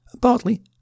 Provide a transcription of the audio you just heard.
partly